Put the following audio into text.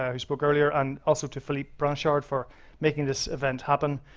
who spoke earlier, and also to philip branshaw for making this event happen.